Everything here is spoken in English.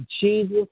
Jesus